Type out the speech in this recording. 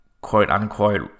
quote-unquote